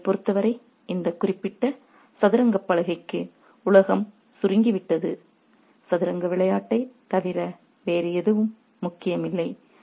அவர்களைப் பொறுத்தவரை இந்த குறிப்பிட்ட சதுரங்கப் பலகைக்கு உலகம் சுருங்கிவிட்டது சதுரங்க விளையாட்டைத் தவிர வேறு எதுவும் முக்கியமில்லை